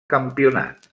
campionat